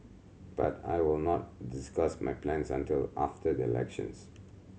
but I will not discuss my plans until after the elections